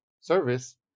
service